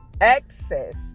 access